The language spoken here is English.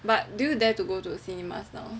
but do you dare to go to the cinemas now